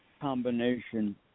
combination